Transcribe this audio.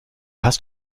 hast